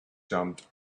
jumped